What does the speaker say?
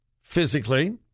physically